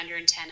110